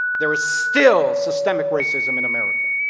there is still systemic racism in america.